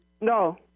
No